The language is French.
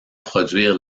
produire